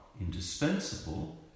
indispensable